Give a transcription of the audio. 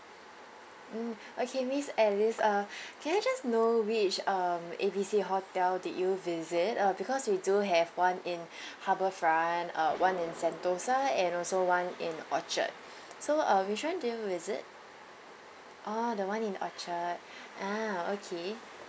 mm okay miss alice uh can I just know which um A B C hotel did you visit uh because we do have one in harbourfront uh one in sentosa and also one in orchard so uh which one did you visit orh the one in orchard ah okay